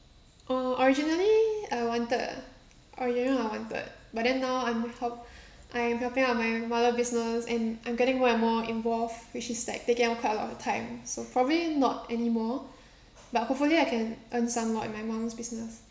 uh originally I wanted originally I wanted but then now I'm help I'm helping out my mother business and I'm getting more and more involved which is like taking up quite a lot of time so probably not anymore but hopefully I can earn some more in my mum's business